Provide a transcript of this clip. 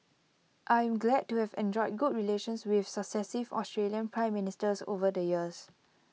I am glad to have enjoyed good relations with successive Australian Prime Ministers over the years